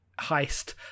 heist